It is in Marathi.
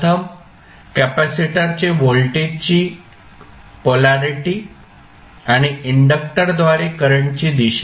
प्रथम कॅपेसिटरचे व्होल्टेजची पोल्यारिटी आणि इंडक्टरद्वारे करंटची दिशा